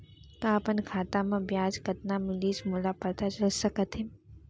का अपन खाता म ब्याज कतना मिलिस मोला पता चल सकता है?